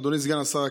אדוני סגן השר,